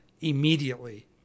immediately